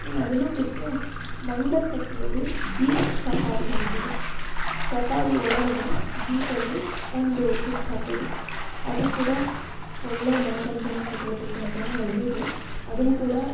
ಇನ್ನು ಅದುನ್ನೂ ಬಿಟ್ಟರೆ ಮಂದಲ್ ಪಟ್ಟಿಯಲ್ಲಿ ಜೀಪ್ ಸಫಾರಿ ಹೋಗ್ಬೊದು ಸಫಾರಿ ಒಳಗಡೆ ಜೀಪಲ್ಲಿ ಒಂದು ಸುತ್ತು ಹಾಕೋದು ಅದು ಕೂಡ ಒಳ್ಳೆಯ ಮನರಂಜನೆ ಚಟುವಟಿಕೆ ಅಂತಾನೆ ಹೇಳ್ಬೋದು ಅದನ್ನು ಕೂಡ